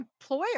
employer